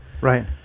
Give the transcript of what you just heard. Right